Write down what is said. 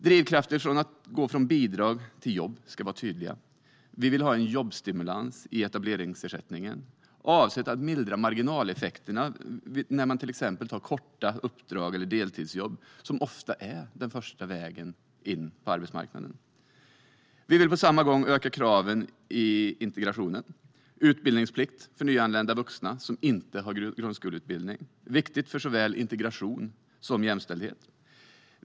Drivkrafter att gå från bidrag till jobb ska vara tydliga. Vi vill ha en jobbstimulans i etableringsersättningen avsedd att mildra marginaleffekterna vid till exempel korta uppdrag och deltidsjobb, som ofta är den första vägen in på arbetsmarknaden. Vi vill på samma gång öka kraven i integrationen. Utbildningsplikt för nyanlända vuxna som inte har grundskoleutbildning är viktig för såväl integration som jämställdhet.